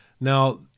Now